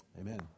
Amen